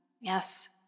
Yes